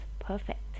perfect